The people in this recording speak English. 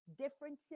differences